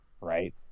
right